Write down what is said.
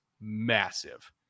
massive